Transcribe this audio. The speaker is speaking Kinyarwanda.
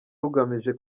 rugamije